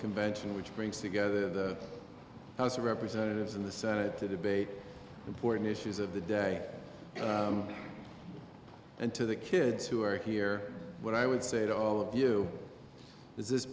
convention which brings together the house of representatives and the senate to debate important issues of the day and to the kids who are here what i would say to all of you is this